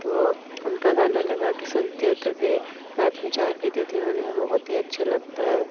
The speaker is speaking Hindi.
तो उनका गाना लगाकर सुनते होते थे साथ में चाय पीते थे उन्हें बहुत ही अच्छा लगता है